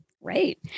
Right